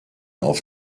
auf